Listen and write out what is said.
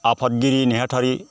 आफादगिरि नेहाथारि